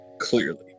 Clearly